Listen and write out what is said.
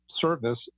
service